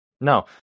no